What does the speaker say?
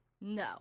No